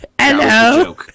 hello